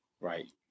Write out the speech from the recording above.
Right